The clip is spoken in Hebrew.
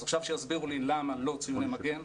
אז עכשיו שיסבירו לי למה לא ציוני מגן,